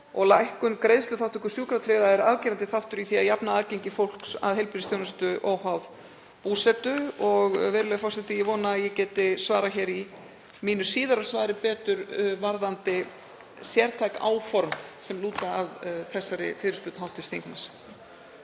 Lækkun greiðsluþátttöku sjúkratryggðra er afgerandi þáttur í því að jafna aðgengi fólks að heilbrigðisþjónustu óháð búsetu. Virðulegur forseti. Ég vona að ég geti svarað í mínu síðara svari betur varðandi sértæk áform sem lúta að þessari fyrirspurn hv. þingmanns.